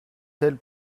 telle